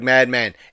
Madman